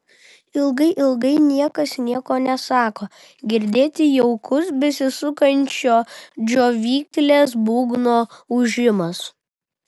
ilgai ilgai niekas nieko nesako girdėti jaukus besisukančio džiovyklės būgno ūžimas